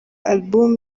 album